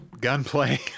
gunplay